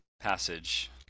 passage